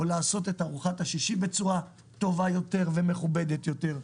או לעשות את ארוחת השישי בצורה טובה יותר ומכובדת יותר.